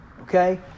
okay